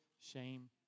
shame